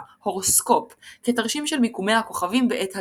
ה"הורוסקופ" כתרשים של מיקומי הכוכבים בעת הלידה.